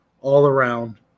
all-around